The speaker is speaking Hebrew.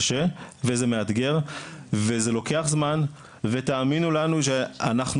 וזה קשה וזה מאתגר וזה לוקח זמן ותאמינו לנו שאנחנו